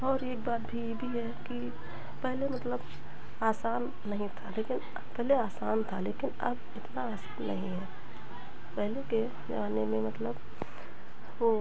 और एक बात भी ये भी है कि पहले मतलब आसान नहीं था लेकिन पहले आसान था लेकिन अब इतना आसान नहीं है पहले के ज़माने में मतलब ओ